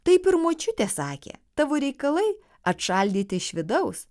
taip ir močiutė sakė tavo reikalai atšaldyti iš vidaus